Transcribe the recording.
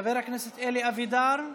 חבר הכנסת אלי אבידר,